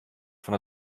fan